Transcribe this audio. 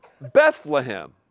Bethlehem